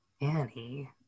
Annie